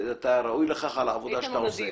אתה ראוי לכך על העבודה שאתה עושה.